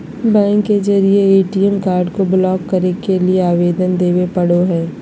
bank के जरिए ATM card को ब्लॉक करे के लिए आवेदन देबे पड़ो हइ